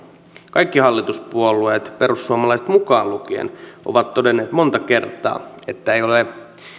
kaikki hallituspuolueet perussuomalaiset mukaan lukien ovat todenneet monta kertaa että ei ole